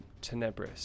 Tenebris